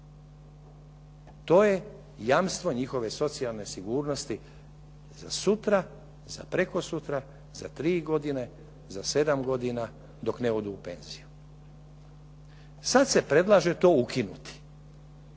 To je jamstvo njihove socijalne sigurnosti za sutra, za prekosutra, za tri godine, za sedam godina dok ne odu u penziju. Sad se predlaže to ukinuti.